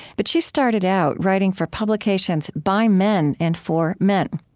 but she started out writing for publications by men and for men.